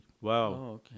Wow